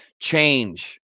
change